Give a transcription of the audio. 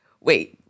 wait